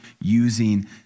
using